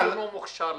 מי שאינו מוכשר לזה.